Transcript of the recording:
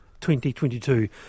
2022